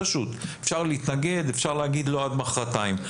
אפשר להתנגד, אפשר להגיד לא עד מוחרתיים.